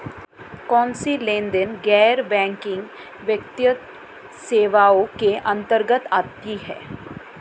कौनसे लेनदेन गैर बैंकिंग वित्तीय सेवाओं के अंतर्गत आते हैं?